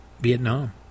Vietnam